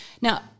Now